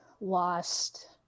lost